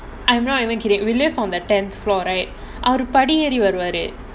I'm not even kidding we live on the tenth floor right அவரு படியேறி வருவாரு:avaru padiyaeri varuvaaru